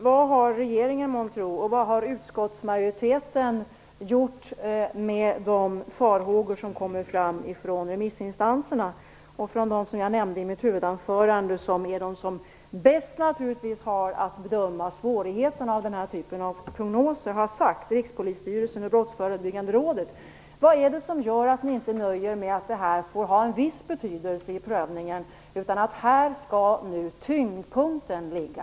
Vad har månntro regeringen och utskottsmajoriteten gjort med de farhågor som kommer från remissinstanserna och från dem jag nämnde i mitt huvudanförande? Det är ju de som bäst kan bedöma svårigheterna med den här typen av prognoser, Rikspolisstyrelsen och Brottförebyggande rådet. Vad är det som gör att ni inte nöjer er med att detta får ha en viss betydelse vid prövningen? Här skall nu tyngdpunkten ligga.